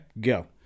Go